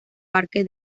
parque